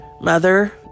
Mother